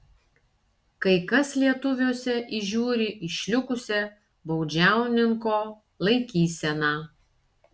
kai kas lietuviuose įžiūri išlikusią baudžiauninko laikyseną